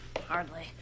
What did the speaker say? Hardly